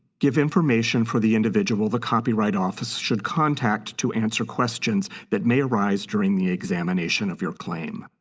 give information for the individual the copyright office should contact to answer questions that may arise during the examination of your claim.